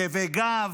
לכאבי גב,